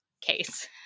case